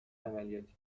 عملیات